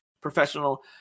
professional